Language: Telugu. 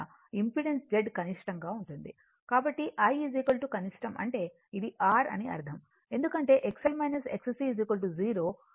కాబట్టి I కనిష్టం అంటే అది R అని అర్ధం ఎందుకంటే XL XC 0 ఇంపెడెన్స్ కనిష్ట R